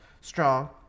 Strong